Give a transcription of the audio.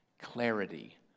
Clarity